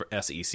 SEC